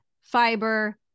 fiber